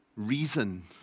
reason